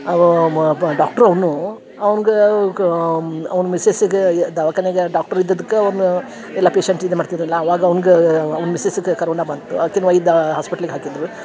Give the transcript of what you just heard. ಅವ ಮ ಬ ಡಾಕ್ಟ್ರು ಅವ್ನೂ ಅವಂಗಾ ಗಾ ಅವ್ನ ಮಿಸ್ಸೆಸ್ಗಾ ದವಖಾನಿಗ ಡಾಕ್ಟರ್ ಇದ್ದದ್ಕ ಅವ್ನ ಎಲ್ಲ ಪೇಶೆಂಟ್ ಇದು ಮಾಡ್ತಿದ್ರಲ್ಲಾ ಅವಾಗ ಅವ್ನ್ಗ ಅವ್ನ ಮಿಸ್ಸೆಸಿಗಿ ಕರೋನ ಬಂತು ಹಾಸ್ಪಿಟ್ಲಿಗೆ ಹಾಕಿದ್ದರು